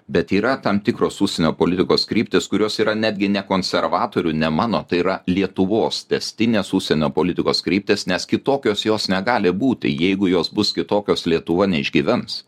bet yra tam tikros užsienio politikos kryptys kurios yra netgi ne konservatorių ne mano tai yra lietuvos tęstinės užsienio politikos kryptys nes kitokios jos negali būti jeigu jos bus kitokios lietuva neišgyvens